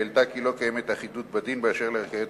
והעלתה כי לא קיימת אחידות בדין באשר לערכאות